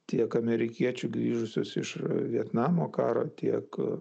tiek amerikiečių grįžusius iš vietnamo karo tiek